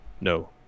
No